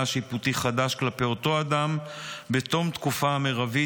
שיפוטי חדש כלפי אותו אדם בתום התקופה המרבית,